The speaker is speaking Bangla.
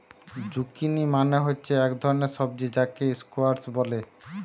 জুকিনি মানে হচ্ছে এক ধরণের সবজি যাকে স্কোয়াস বলে